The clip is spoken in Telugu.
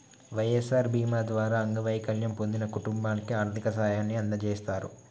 వై.ఎస్.ఆర్ బీమా ద్వారా అంగవైకల్యం పొందిన కుటుంబానికి ఆర్థిక సాయాన్ని అందజేస్తారు